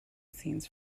scenes